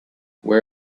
where